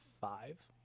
five